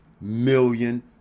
million